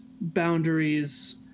boundaries